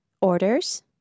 Orders